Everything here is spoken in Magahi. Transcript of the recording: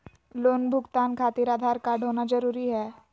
लोन भुगतान खातिर आधार कार्ड होना जरूरी है?